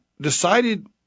decided